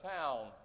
town